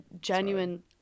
genuine